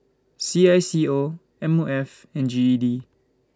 C I S C O M O F and G E D